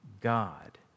God